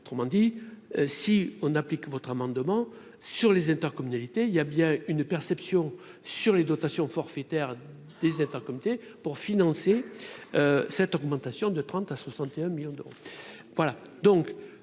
autrement dit, si on applique votre amendement sur les intercommunalités, il y a bien une perception sur les dotations forfaitaires des comité pour financer cette augmentation de 30 à 61 millions d'euros,